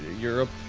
europe.